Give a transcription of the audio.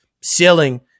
ceiling